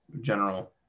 general